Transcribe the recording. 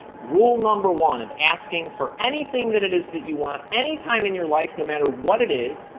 rule number one of asking for anything that it is that you want, any time in your life no matter what it is,